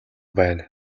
байна